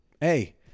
hey